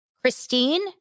Christine